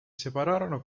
separarono